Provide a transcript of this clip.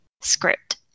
script